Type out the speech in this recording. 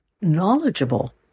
knowledgeable